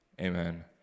Amen